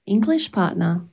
Englishpartner